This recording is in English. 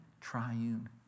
triune